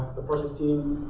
the project team